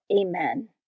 Amen